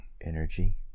energy